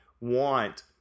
want